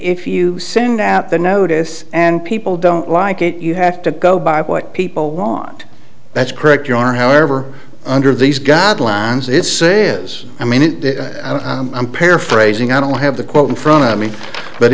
if you send out the notice and people don't like it you have to go by what people want that's correct your honor however under these guidelines is say is i mean i'm paraphrasing i don't have the quote in front of me but